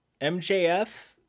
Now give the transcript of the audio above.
MJF